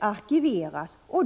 arkiveras.